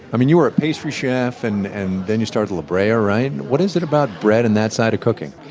i mean you were a pastry chef and and then you started la brea, ah right? and what is it about bread and that side of cooking?